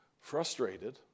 frustrated